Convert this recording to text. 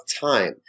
time